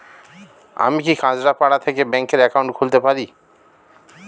আমি কি কাছরাপাড়া থেকে ব্যাংকের একাউন্ট খুলতে পারি?